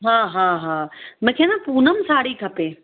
हा हा हा मूंखे न पूनम साड़ी खपे